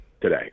today